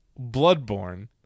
Bloodborne